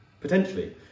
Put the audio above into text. potentially